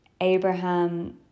Abraham